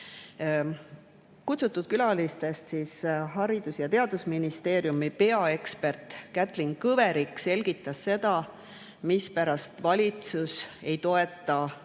Kutsutud külalistest Haridus‑ ja Teadusministeeriumi peaekspert Kätlin Kõverik selgitas, mispärast valitsus ei toeta